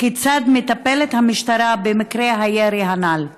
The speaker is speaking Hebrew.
3. כיצד מטפלת המשטרה במקרי הירי הנ"ל?